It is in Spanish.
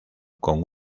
con